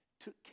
took